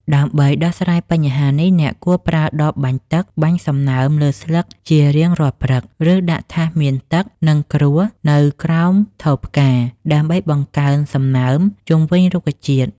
ដើម្បីដោះស្រាយបញ្ហានេះ អ្នកគួរប្រើដបបាញ់ទឹក បាញ់សន្សើមលើស្លឹកជារៀងរាល់ព្រឹក ឬដាក់ថាសមានទឹក និងក្រួសនៅពីក្រោមថូផ្កា ដើម្បីបង្កើនសំណើមជុំវិញរុក្ខជាតិ។